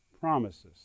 promises